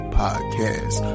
podcast